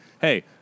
hey